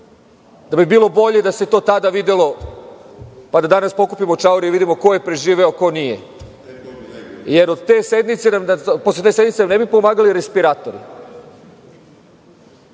da bi bilo bolje da se to tada videlo, pa da danas pokupimo čaure i da vidimo ko je preživeo, a ko nije, jer posle te sednice nam ne bi pomagali respiratori.